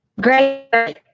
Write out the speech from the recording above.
Great